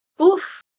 Oof